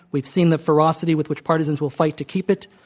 we've seen the ferocity with which partisans will fight to keep it.